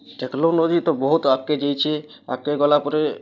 technology ତ ବହୁତ୍ ଆଗ୍କେ ଯାଇଛି ଆଗ୍କେ ଗଲା ପରେ